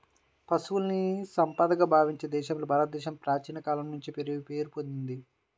పశువుల్ని సంపదగా భావించే దేశంగా భారతదేశం ప్రాచీన కాలం నుంచే పేరు పొందింది